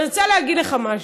אני רוצה להגיד לך משהו,